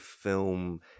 film